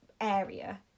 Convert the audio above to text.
area